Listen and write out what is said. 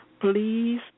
Please